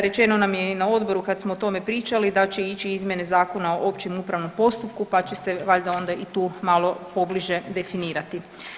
Rečeno nam je i na odboru kad smo o tome pričali da će ići izmjene Zakona o općem upravnom postupku pa će se valjda onda i tu malo pobliže definirati.